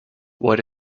what